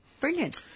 Brilliant